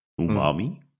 umami